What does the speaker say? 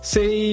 Say